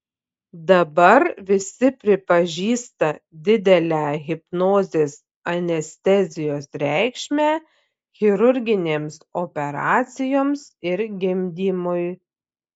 dabar visi pripažįsta didelę hipnozės anestezijos reikšmę chirurginėms operacijoms ir gimdymui